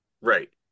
right